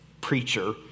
preacher